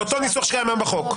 באותו ניסוח שקיים גם בחוק.